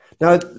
now